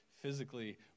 physically